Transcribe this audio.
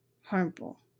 harmful